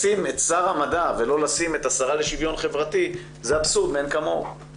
לשים את שר המדע ולא לשים את השרה לשוויון חברתי זה אבסורד מאין כמוהו.